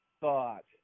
thought